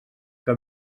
que